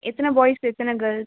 எத்தனை பாய்ஸ் எத்தனை கேர்ள்ஸ்